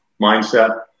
mindset